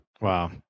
wow